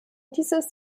dieses